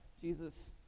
Jesus